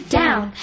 down